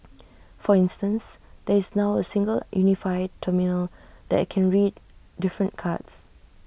for instance there is now A single unified terminal that can read different cards